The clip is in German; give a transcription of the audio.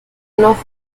noch